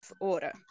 order